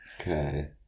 okay